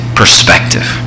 perspective